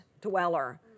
dweller